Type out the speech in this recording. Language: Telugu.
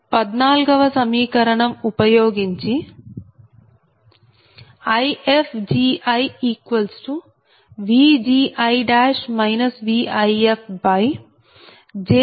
14 వ సమీకరణం ఉపయోగించి IfgiVgi VifjxgijxTi